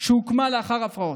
שהוקמה לאחר הפרעות.